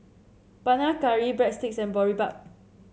Panang Curry Breadsticks and Boribap